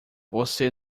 você